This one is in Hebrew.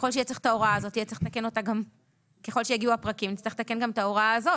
שבארץ עולה X. אם הוא גר בארצות הברית המחיר של הרכב הוא חצי X,